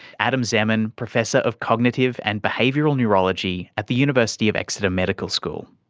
adam zeman, professor of cognitive and behavioural neurology at the university of exeter medical school.